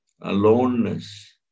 Aloneness